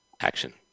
action